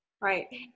Right